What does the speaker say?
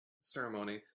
ceremony